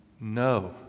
No